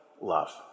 love